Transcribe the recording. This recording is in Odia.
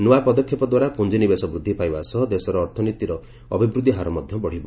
ନୂଆ ପଦକ୍ଷେପ ଦ୍ୱାରା ପୁଞ୍ଜିନିବେଶ ବୃଦ୍ଧି ପାଇବା ସହ ଦେଶର ଅର୍ଥନୀତିର ଅଭିବୃଦ୍ଧି ହାର ବଢ଼ିବ